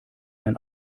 ein